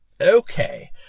Okay